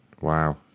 Wow